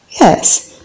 Yes